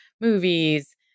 movies